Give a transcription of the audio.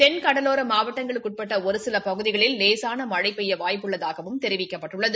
தென்கடலோர மாவட்டங்களுக்கு உட்பட்ட ஒரு சில பகுதிகளில் லேசான மழை பெய்ய வாய்ப்பு உள்ளதாகவும் தெரிவிக்கப்பட்டுள்ளது